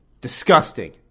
Disgusting